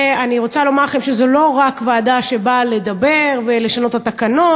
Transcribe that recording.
ואני רוצה לומר לכם שזו לא רק ועדה שבאה לדבר ולשנות את התקנות,